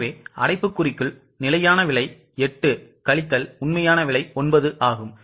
ஆகவே அடைப்புக்குறிக்குள் நிலையான விலை 8 கழித்தல் உண்மையான விலை 9